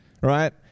right